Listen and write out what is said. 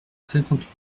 cinquante